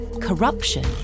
corruption